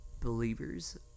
believers